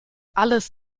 alles